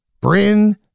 Bryn